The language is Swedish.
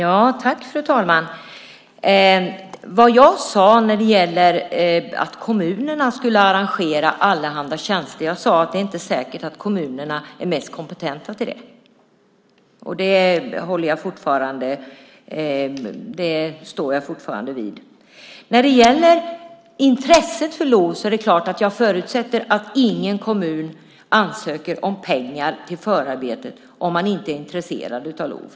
Fru talman! När det gäller att kommunerna skulle arrangera allehanda tjänster sade jag att det inte är säkert att kommunerna är mest kompetenta för det. Det står jag fortfarande fast vid. När det gäller intresset för LOV är det klart att jag förutsätter att ingen kommun ansöker om pengar till förarbete om man inte är intresserad av LOV.